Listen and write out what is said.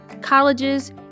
colleges